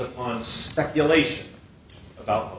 upon speculation about